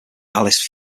alice